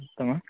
उतमः